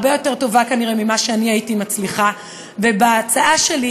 הרבה יותר טובה כנראה ממה שאני הייתי מצליחה בהצעה שלי.